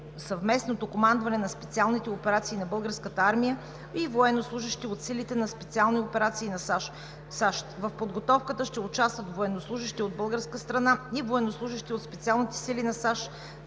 Съвместното командване на специалните операции на Българската армия и военнослужещи от Силите за специални операции на САЩ. В подготовката ще участват военнослужещи от българска страна и военнослужещи от Специалните сили на САЩ